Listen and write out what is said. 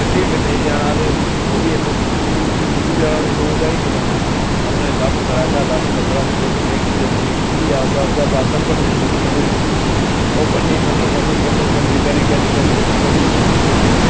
टट्टी फिरने गी जाना ते ओह्बी असें दूर जाना उठी दौ ढाई किलोमीटर अपने गप्प गड़ाका दस्स पंदरां किट्ठे कीते दे ते भी आस्तै आस्तै दातुन भन्नी लेई तिमरूऐ दी ओह् भन्नी भन्नी करी करी